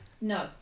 No